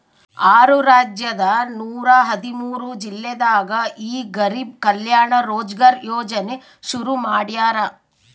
ಆರು ರಾಜ್ಯದ ನೂರ ಹದಿಮೂರು ಜಿಲ್ಲೆದಾಗ ಈ ಗರಿಬ್ ಕಲ್ಯಾಣ ರೋಜ್ಗರ್ ಯೋಜನೆ ಶುರು ಮಾಡ್ಯಾರ್